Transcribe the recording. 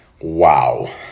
Wow